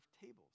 tables